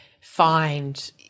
find